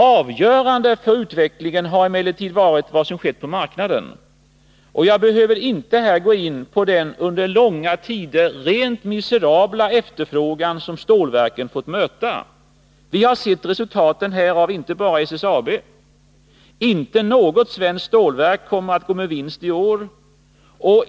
Avgörande för utvecklingen har emellertid varit vad som skett på marknaden. Jag behöver inte här gå in på den under långa tider rent miserabla efterfrågan som stålverken fått möta. Vi har sett resultaten härav inte bara i SSAB. Inte något svenskt stålverk kommer att gå med vinst i år.